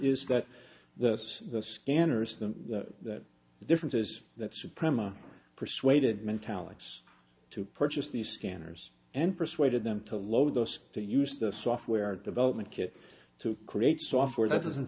is that the the scanner's them that the difference is that suprema persuaded mentalities to purchase these scanners and persuaded them to load us to use the software development kit to create software that doesn't